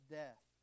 death